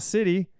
City